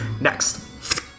Next